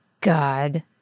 God